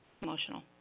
emotional